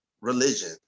religion